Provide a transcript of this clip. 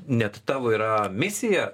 net tavo yra misija